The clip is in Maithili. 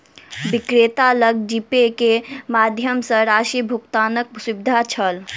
विक्रेता लग जीपे के माध्यम सॅ राशि भुगतानक सुविधा छल